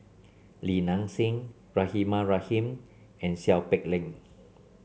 Li Nanxing Rahimah Rahim and Seow Peck Leng